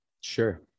sure